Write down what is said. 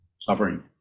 Suffering